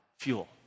fuel